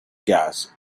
gas